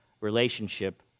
relationship